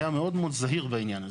היה מאוד מאוד זהיר בעניין הזה.